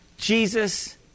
Jesus